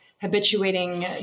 habituating